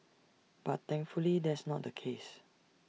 but thankfully that's not the case